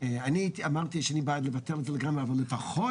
אני אמרתי שאני בעד לבטל אותה לגמרי אבל לפחות